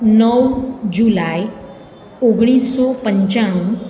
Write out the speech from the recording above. નવ જુલાઇ ઓગણીસસો પંચાણું